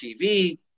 TV